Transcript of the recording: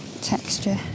texture